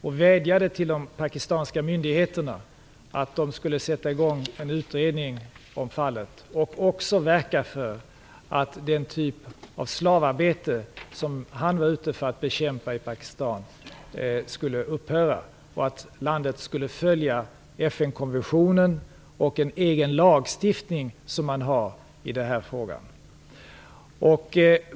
Vi vädjade till de pakistanska myndigheterna att sätta i gång en utredning om fallet och också verka för att den typ av slavarbete som han var ute för att bekämpa i Pakistan skulle upphöra samt att landet skulle följa FN konventionen och en egen lagstiftning som man har i den här frågan.